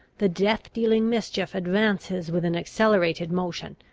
the death-dealing mischief advances with an accelerated motion,